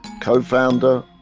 co-founder